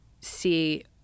see